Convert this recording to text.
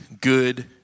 good